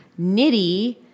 Nitty